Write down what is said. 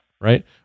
right